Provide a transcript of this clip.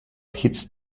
hits